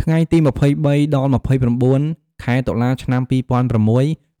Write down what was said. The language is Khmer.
ថ្ងៃទី២៣ ដល់២៩ ខែតុលា ឆ្នាំ២០០៦